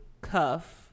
Cuff